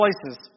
places